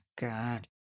God